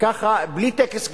ככה בלי טקס קבורה.